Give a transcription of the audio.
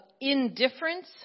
indifference